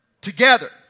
together